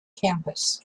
campus